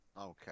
Okay